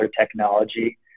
technology